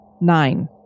nine